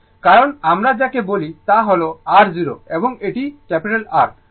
কারণ আমরা যাকে বলি তা হল r 0 এবং এটি R